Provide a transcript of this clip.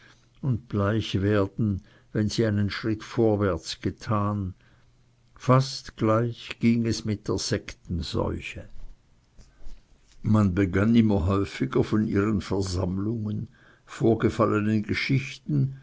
und bleich werden wenn sie einen schritt vorwärts getan fast gleich ging es mit der sektenseuche man begann immer häufiger von ihren versammlungen vorgefallenen geschichten